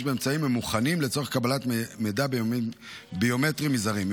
באמצעים ממוכנים לצורך קבלת מידע ביומטרי מזרים.